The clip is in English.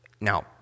Now